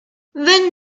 then